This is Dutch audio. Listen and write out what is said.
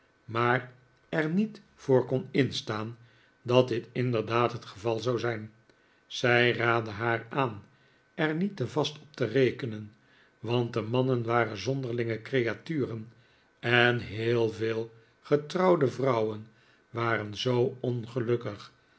maar er niet voor kon instaan dat dit inderdaad het geval zou zijn zij raadde haar aan er niet te vast op te rekenen want de mannen waren zonderlinge creaturen en heel veel getrouwde vrouwen waren zoo ongelukkig